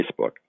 Facebook